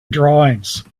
drawings